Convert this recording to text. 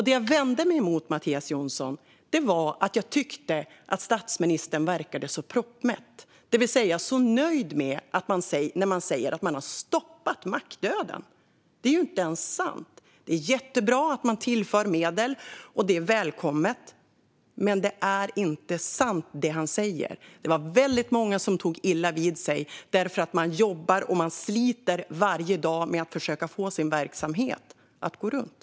Det jag vände mig mot var att statsministern verkade så proppmätt, det vill säga så nöjd med att säga att man har stoppat mackdöden. Det är inte ens sant. Det är jättebra att man tillför medel. Det är välkommet. Men det han sa är inte sant. Det var väldigt många som tog illa vid sig. De jobbar och sliter varje dag med att försöka få sina verksamheter att gå runt.